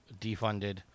defunded